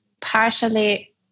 partially